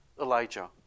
Elijah